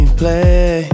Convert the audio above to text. play